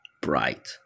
Bright